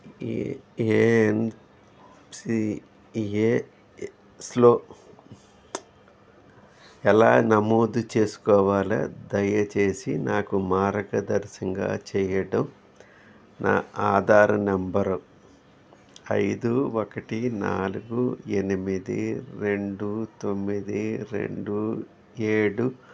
ఏ ఏ ఎన్పీఏస్లో ఎలా నమోదు చేసుకోవాలో దయచేసి నాకు మార్గనిర్దేశం చేయండి నా ఆధారు నెంబరు ఐదు ఒకటి నాలుగు ఎనిమిది రెండు తొమ్మిది రెండు ఏడు